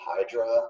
Hydra